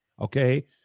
okay